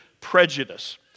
prejudice